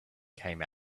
came